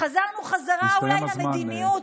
חזרנו בחזרה אולי למדיניות